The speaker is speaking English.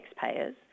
taxpayers